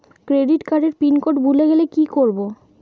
Credit কার্ডের pin code ভুলে গেলে কি করব?